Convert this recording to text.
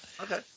Okay